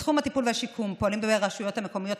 בתחום הטיפול והשיקום פועלים ברשויות המקומיות,